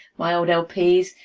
my old lps.